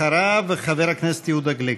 אחריו, חבר הכנסת יהודה גליק.